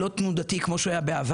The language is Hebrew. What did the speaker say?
הוא לא תנודתי כפי שהוא היה בעבר,